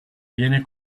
viene